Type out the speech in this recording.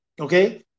okay